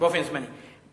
באופן זמני.